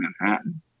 Manhattan